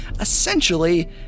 essentially